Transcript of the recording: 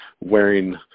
wearing –